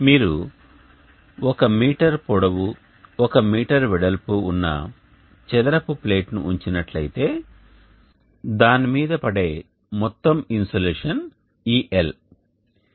మీరు ఒక మీటరు పొడవు ఒక మీటర్ వెడల్పు ఉన్న చదరపు ప్లేట్ను ఉంచినట్లయితే దాని మీద పడే మొత్తం ఇన్సోలేషన్ ఈ L